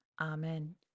Amen